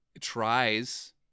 tries